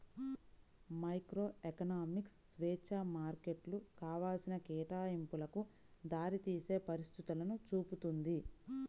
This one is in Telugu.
మైక్రోఎకనామిక్స్ స్వేచ్ఛా మార్కెట్లు కావాల్సిన కేటాయింపులకు దారితీసే పరిస్థితులను చూపుతుంది